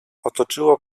otoczyło